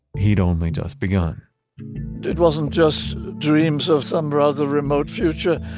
he'd only just begun it wasn't just dreams of some rather remote future.